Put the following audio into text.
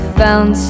found